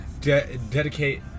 dedicate